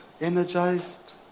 energized